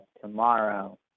tomorrow